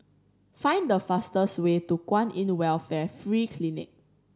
find the fastest way to Kwan In Welfare Free Clinic